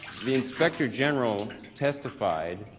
the inspector general testified.